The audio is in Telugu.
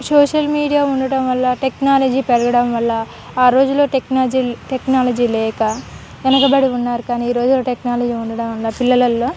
సోషల్ మీడియా ఉండటడం వల్ల టెక్నాలజీ పెరగడం వల్ల ఆ రోజుల్లో టెక్నాలజీ లేక వెనకబడి ఉన్నారు కానీ ఈ రోజుల్లో టెక్నాలజీ ఉండడం వల్ల పిల్లల్లో